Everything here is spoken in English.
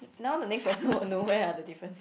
now the next person will know where are the differences